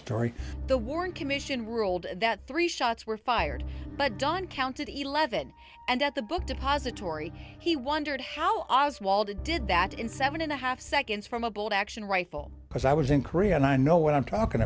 depository the warren commission ruled that three shots were fired but don counted eleven and at the book depository he wondered how oswald did that in seven and a half seconds from a bolt action rifle because i was in korea and i know what i'm talking